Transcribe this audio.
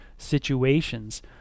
situations